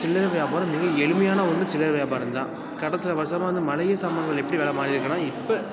சில்லறை வியாபாரம் மிக எளிமையான ஒன்று சில்லறை வியாபாரம் தான் கடந்த வருசமாக இந்த மளிகை சாமான்கள் எப்படி வில மாறிருக்குனால் இப்போ